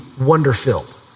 wonder-filled